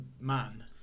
man